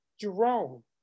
Jerome